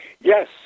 Yes